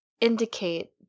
indicate